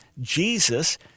Jesus